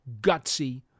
gutsy